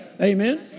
Amen